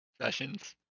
Sessions